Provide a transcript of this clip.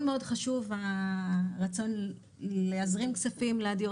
מאוד מאוד חשוב הרצון להזרים כסף לדיור